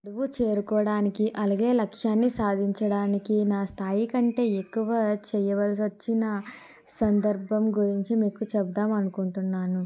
గడువును చేరుకోవడానికి అలాగే లక్ష్యాన్ని సాధించడానికి నా స్థాయికంటే ఎక్కువ చేయవల్సి వచ్చిన సందర్భం గురించి మీకు చెప్దాం అనుకుంటున్నాను